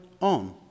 on